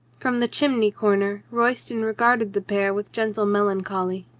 from the chimney corner royston regarded the pair with gentle melan choly.